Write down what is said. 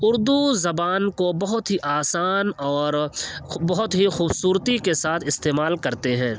اردو زبان کو بہت ہی آسان اور بہت ہی خوبصورتی کے ساتھ استعمال کرتے ہیں